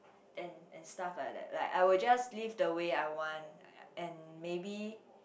and and stuff like that I I would just live the way I want and maybe